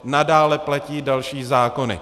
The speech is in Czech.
Nadále platí další zákony.